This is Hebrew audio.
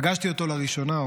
פגשתי אותו לראשונה,